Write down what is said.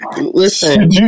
Listen